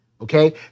Okay